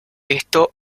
esto